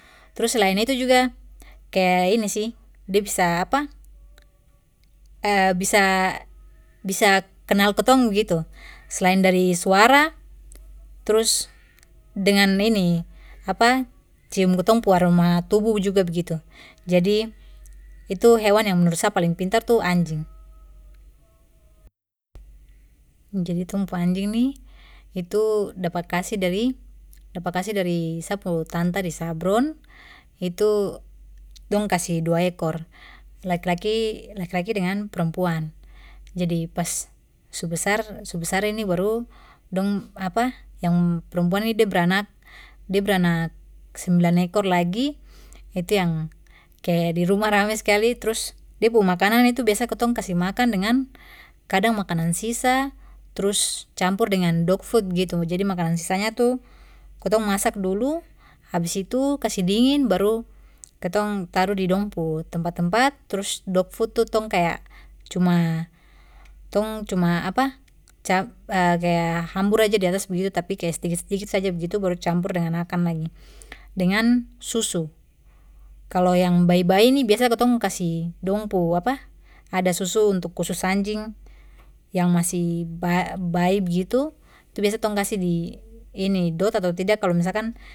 Trus selain itu juga kaya ini sih de bisa bisa, bisa kenal kitong begitu selain dari suara trus dengan ini cium kitong punya aroma tubuh juga begitu jadi itu hewan yang menurut sa paling pintar itu anjing. Jadi tong pu anjing ni itu dapat kasih dari dapat kasih sa pu tanta di sabron, itu dong kasih dua ekor laki laki dengan perempuan jadi pas su besar su besar ini baru dong yang perempuan ini de beranak de beranak sembilan ekor lagi itu yang kaya di rumah rame skali trus de pu makanan itu biasa kitong kasih makan dengan kadang makanan sisa trus campur dengan dogfood begitu jadi makanan sisanya tu kitong masak dulu habis kasih dingin baru kitong taruh di dong pu tempat tempat trus dogfood tu kaya cuma tong cuma kaya hambur aja di atas begitu tapi kaya sdikit sdikit saja begitu baru campur dengan akan lagi, dengan susu, kalo yang bayi bayi ini biasa kitong kasih dong punya ada susu untuk khusus anjing yang masih ba-bayi begitu tu biasa tong kasih di dot ato tidak kalo misalkan.